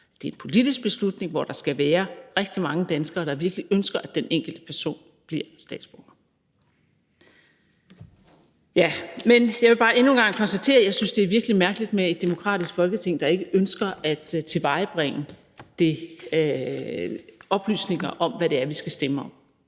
Det er en politisk beslutning, hvor der skal være rigtig mange danskere, der virkelig ønsker, at den enkelte person bliver statsborger. Ja, men jeg vil bare endnu en gang konstatere, at det er virkelig mærkeligt med et demokratisk Folketing, der ikke ønsker at tilvejebringe oplysninger om, hvad det er, vi skal stemme om,